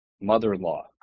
mother-in-law